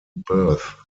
birth